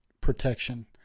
protection